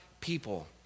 people